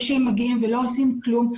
הם מגיעים ולא עושים כלום.